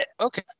okay